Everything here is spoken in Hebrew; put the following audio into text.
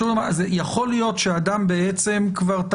יכול להיות שאדם בעצם כבר,